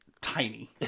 tiny